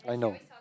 I know